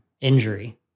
injury